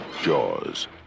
jaws